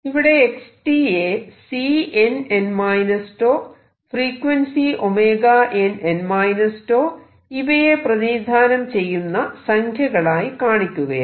ഇവിടെ x യെ Cnn τ frequency nn τഇവയെ പ്രതിനിധാനം ചെയ്യുന്ന സഖ്യകളായി കാണിക്കുകയാണ്